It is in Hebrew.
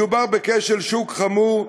מדובר בכשל שוק חמור,